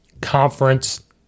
conference